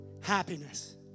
happiness